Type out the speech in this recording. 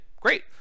great